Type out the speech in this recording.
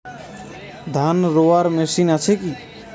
ধান রোয়ার মেশিন আছে কি?